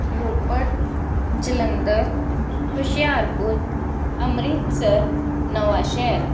Ropar Jalandhar Hoshiarpur Amritsar Nawanshahr